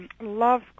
Love